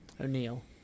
O'Neill